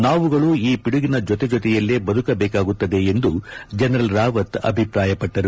ನಾವುಗಳು ಈ ಪಿಡುಗಿನ ಜೊತೆ ಜೊತೆಯಲ್ಲೇ ಬದುಕಬೇಕಾಗುತ್ತದೆ ಎಂದು ಜನರಲ್ ರಾವತ್ ಅಭಿಪ್ರಾಯಪಟ್ಟರು